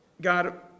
God